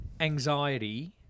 anxiety